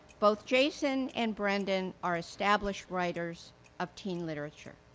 both jason and brendan are established writers of teen literature.